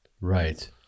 Right